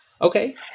Okay